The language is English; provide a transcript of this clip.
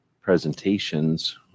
presentations